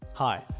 Hi